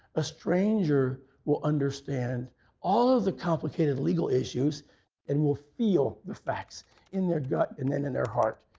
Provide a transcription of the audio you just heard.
a stranger will understand all of the complicated legal issues and will feel the facts in their gut, and then in their heart.